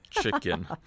chicken